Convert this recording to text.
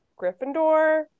Gryffindor